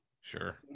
Sure